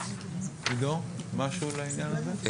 עידו, משהו לעניין הזה?